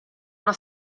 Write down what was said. una